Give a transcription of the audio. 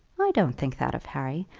i don't think that of harry.